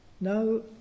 Now